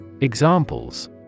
Examples